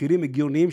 במחירים הגיוניים,